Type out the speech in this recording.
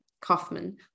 Kaufman